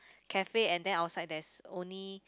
cafe and then outside there's only